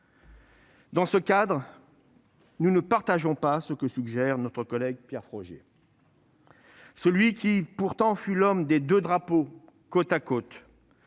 Dans ce cadre, nous ne partageons pas ce que suggère notre collègue Pierre Frogier, lui qui fut pourtant l'homme des deux drapeaux côte à côte.